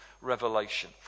revelation